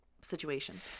situation